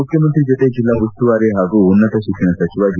ಮುಖ್ಯಮಂತ್ರಿ ಜತೆ ಜಿಲ್ಲಾ ಉಸ್ತುವಾರಿ ಹಾಗೂ ಉನ್ನತ ಶಿಕ್ಷಣ ಸಚಿವ ಜಿ